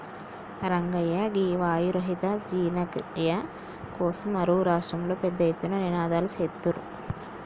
రంగయ్య గీ వాయు రహిత జీర్ణ క్రియ కోసం అరువు రాష్ట్రంలో పెద్ద ఎత్తున నినాదలు సేత్తుర్రు